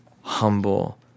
humble